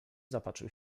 zapatrzył